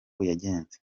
yagenze